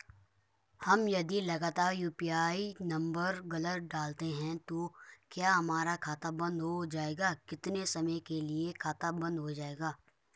हम यदि लगातार यु.पी.आई नम्बर गलत डालते हैं तो क्या हमारा खाता बन्द हो जाएगा कितने समय के लिए खाता बन्द हो जाएगा?